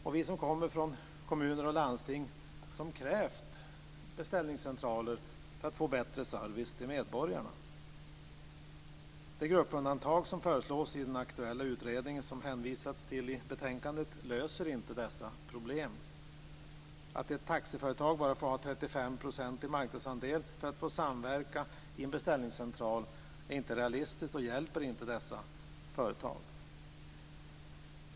Och vi som kommer från kommuner och landsting har krävt beställningscentraler för att få bättre service till medborgarna. Det gruppundantag som föreslås i den aktuella utredningen som det hänvisats till i betänkandet löser inte dessa problem. Att ett taxiföretag bara får ha en 35-procentig marknadsandel för att få samverka i en beställningscentral är inte realistiskt och hjälper inte dessa företag.